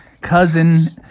Cousin